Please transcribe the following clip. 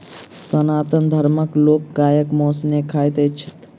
सनातन धर्मक लोक गायक मौस नै खाइत छथि